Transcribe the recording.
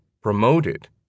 promoted